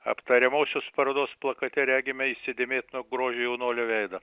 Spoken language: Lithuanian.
aptariamosios parodos plakate regime įsidėmėto grožio jaunuolio veidą